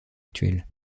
actuelle